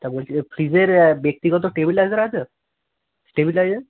তা বলছি যে ফ্রিজের ব্যক্তিগত টেবিলাইজার আছে স্টেবিলাইজার